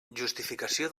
justificació